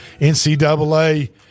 NCAA